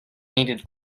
needed